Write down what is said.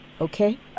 okay